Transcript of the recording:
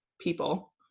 people